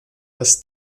dass